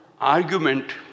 argument